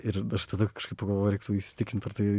ir aš tada kažkaip pagalvojau reiktų įsitikint ar tai